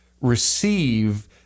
receive